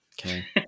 Okay